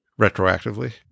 retroactively